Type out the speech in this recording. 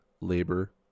Labor